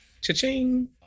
Cha-ching